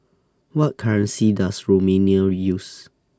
What currency Does Romania use